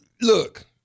Look